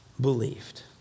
believed